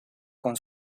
con